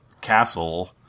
castle